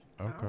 Okay